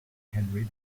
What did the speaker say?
henry